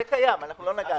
זה קיים, אנחנו לא נגענו.